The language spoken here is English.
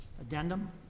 Addendum